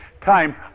time